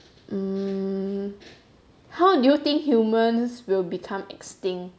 mm how do you think humans will become extinct